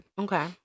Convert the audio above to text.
Okay